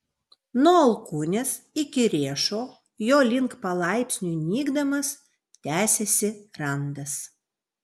nuo alkūnės iki riešo jo link palaipsniui nykdamas tęsėsi randas